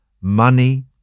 money